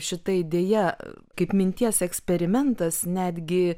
šitai deja kaip minties eksperimentas netgi